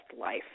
life